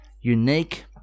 unique